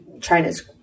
China's